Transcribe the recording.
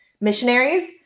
missionaries